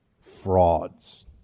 frauds